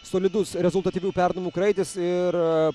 solidus rezultatyvių perdavimų kraitis ir